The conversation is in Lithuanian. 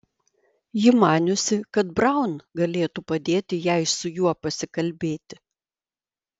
ji maniusi kad braun galėtų padėti jai su juo pasikalbėti